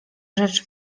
rzecz